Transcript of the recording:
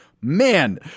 Man